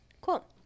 Cool